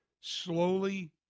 slowly